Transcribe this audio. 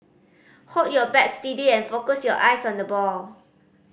hold your bat steady and focus your eyes on the ball